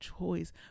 choice